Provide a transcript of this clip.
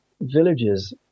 villages